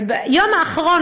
וביום האחרון,